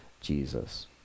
Jesus